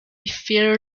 fear